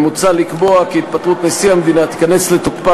מוצע לקבוע כי התפטרות נשיא המדינה תיכנס לתוקפה